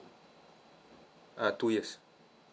uh two years